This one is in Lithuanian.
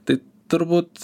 tai turbūt